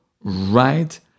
right